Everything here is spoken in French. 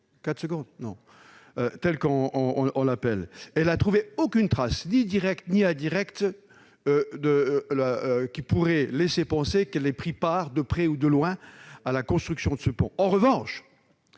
lire l'allemand et même la Elle n'a trouvé aucune trace, ni directe ni indirecte, qui pourrait laisser penser qu'elle a pris part, de près ou de loin, à la construction de ce pont.